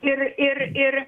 ir ir ir